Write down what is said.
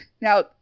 Now